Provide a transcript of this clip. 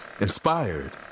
inspired